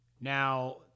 Now